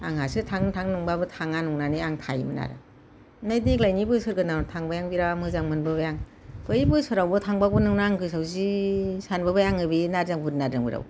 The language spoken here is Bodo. आंहासो थांनो थांनो नंबाबो थाङा नंनानै आं थायोमोन आरो ओमफ्राय देग्लायनि बोसोर गोदानाव थांबाय आं बिराद मोजां मोनबोबाय आं बै बोसोरावबो थांबावगोन नंना आं गोसोआव जि सानबोबाय आङो नारजां बुरि नारजां बोराइयाव